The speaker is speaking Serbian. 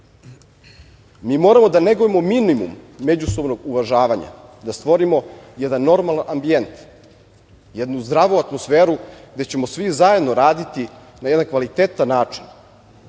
Mi moramo da negujemo minimum međusobnog uvažavanja, da stvorimo jedan normalan ambijent, jednu zdravu atmosferu gde ćemo svi zajedno raditi na jedan kvalitetan način